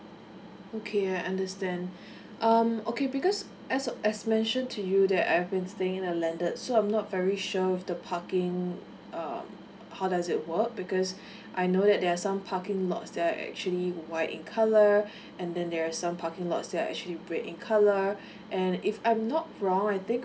okay I understand um okay because as as mentioned to you that I've been staying in a landed so I'm not very sure with the parking um how does it work because I know that there are some parking lots that are actually white in colour and then there are some parking lots that are actually red in colour and if I'm not wrong I think